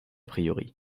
priori